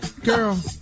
Girl